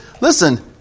Listen